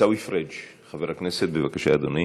עיסאווי פריג', חבר הכנסת, בבקשה, אדוני.